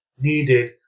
needed